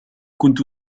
كنت